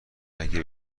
اگه